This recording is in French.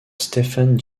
stefan